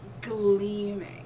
gleaming